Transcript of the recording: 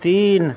تین